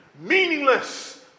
meaningless